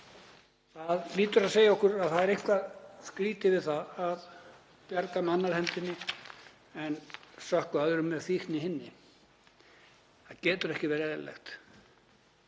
Það hlýtur að segja okkur að það er eitthvað skrýtið við það að bjarga með annarri hendinni en sökkva öðrum með fíkn með hinni. Það getur ekki verið eðlilegt.